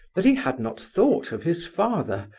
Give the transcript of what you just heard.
that he had not thought of his father,